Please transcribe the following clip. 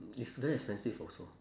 it's very expensive also